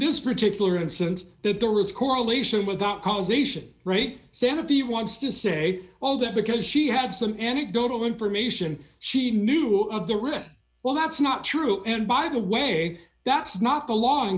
this particular instance that there was correlation without causation right sanity wants to say all that because she had some anecdotal information she knew of the read well that's not true and by the way that's not the law in